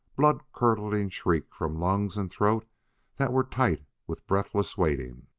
blood-curdling shriek from lungs and throat that were tight with breathless waiting.